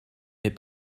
mais